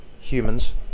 humans